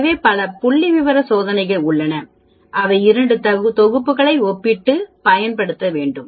எனவே பல புள்ளிவிவர சோதனைகள் உள்ளன அவை 2 தொகுப்புகளை ஒப்பிட்டுப் பயன்படுத்த வேண்டும்